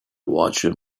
watched